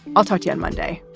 i'll talk to you on monday